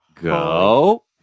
go